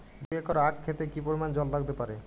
দুই একর আক ক্ষেতে কি পরিমান জল লাগতে পারে?